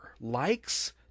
likes